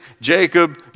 Jacob